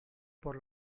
por